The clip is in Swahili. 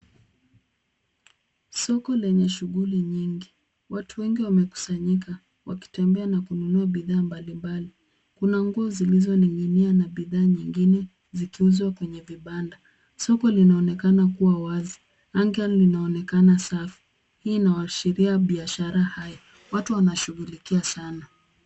Soko lenye shuguli nyingi, watu wengi wamekusanyika wakitembea na kununua bidhaa mbalimbali. Kuna nguo zilizoning'inia na bidhaa nyingine zikiuzwa kwenye vibada. Soko linaonekana kuwa wazi anga linaonekana safi, hii inaashiria biashara hai, watu wanashugulikia sana.